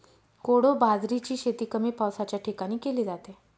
कोडो बाजरीची शेती कमी पावसाच्या ठिकाणी केली जाते